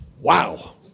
Wow